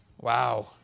Wow